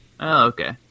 okay